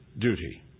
duty